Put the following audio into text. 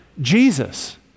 Jesus